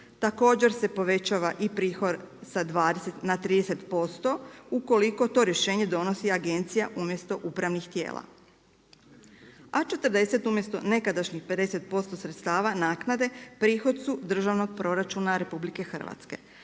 Također se povećava i prihod sa 20 na 30% ukoliko to rješenje donosi agencija umjesto upravnih tijela. A 40 umjesto nekadašnjih 50% sredstava naknade prihod su državnog proračuna RH. Nadalje,